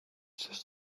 just